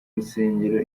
rusengero